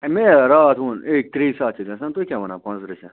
A مےٚ راتھ اوٚن أکۍ ترٛے ساس چھِ گژھان تُہۍ کیٛاہ وَنان پانٛژھ تٕرٛہ شَتھ